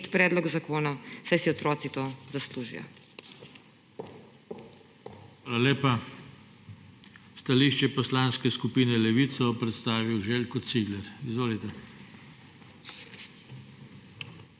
predlog zakona, saj si otroci to zaslužijo.